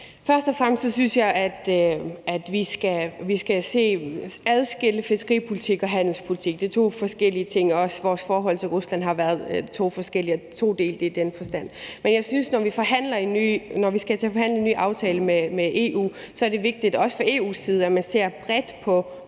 Først og fremmest synes jeg, at vi skal adskille fiskeripolitik og handelspolitik – det er to forskellige ting. Også vores forhold til Rusland har været todelt i den forstand. Men jeg synes, at når vi skal til at forhandle en ny aftale med EU, er det vigtigt – også fra EU's side – at man ser bredt på